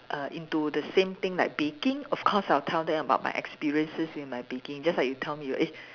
err into the same thing like baking of course I'll tell them about my experiences in my baking just like you tell me your eh